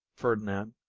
ferdinand,